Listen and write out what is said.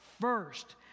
First